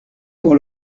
qu’on